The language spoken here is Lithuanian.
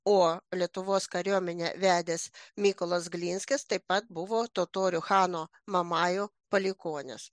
o lietuvos kariuomenę vedęs mykolas glinskis taip pat buvo totorių chano mamajo palikuonis